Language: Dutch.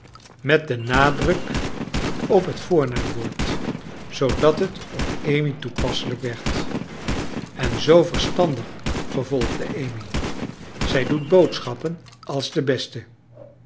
met den nadruk op net voornaamwoord zoodat het op amy toepasselijk werd en t zoo verstandig vervolgde amy zij doet boodschappen als de beste